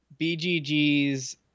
BGG's